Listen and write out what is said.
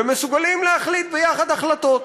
ומסוגלים להחליט ביחד החלטות.